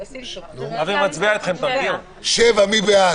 רוויזיה על הסתייגות מס' 5. מי בעד?